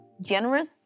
generous